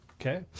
Okay